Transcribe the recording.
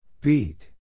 Beat